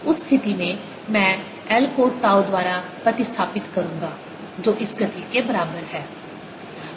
उस स्थिति में मैं l को टाउ द्वारा प्रतिस्थापित करूंगा जो इस गति के बराबर है